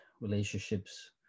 relationships